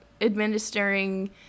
administering